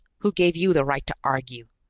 who gave you the right to argue?